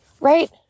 Right